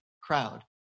crowd